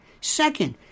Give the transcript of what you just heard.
Second